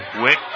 Wick